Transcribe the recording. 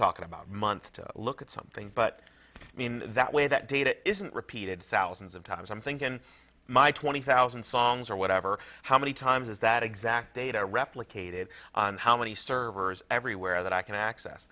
talking about a month to look at something but i mean that way that data isn't repeated thousands of times i'm thinking my twenty thousand songs or whatever how many times is that exact data replicated on how many servers everywhere that i can access